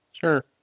Sure